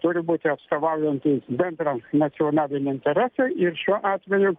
turi būti atstovaujantys bendrą nacionalinį interesą ir šiuo atveju